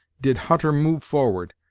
did hutter move forward,